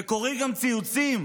וקוראים גם ציוצים